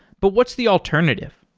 but what's the alternative?